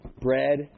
bread